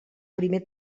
primer